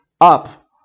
up